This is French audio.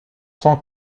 son